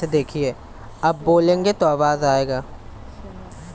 commodity মার্কেটে মানুষ প্রাকৃতিক জিনিসপত্র কেনা বেচা করতে পারে